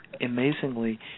amazingly